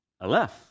Aleph